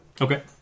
Okay